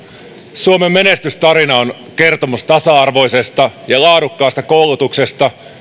suomen menestystarina on kertomus tasa arvoisesta ja laadukkaasta koulutuksesta